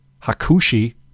hakushi